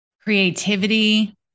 creativity